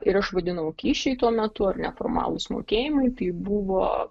ir aš vaidinau kyšiai tuo metu ar ne formalūs mokėjimai tai buvo